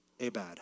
abad